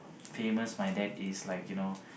famous my dad is like you know